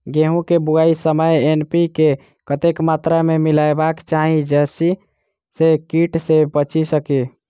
गेंहूँ केँ बुआई समय एन.पी.के कतेक मात्रा मे मिलायबाक चाहि जाहि सँ कीट सँ बचि सकी?